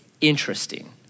interesting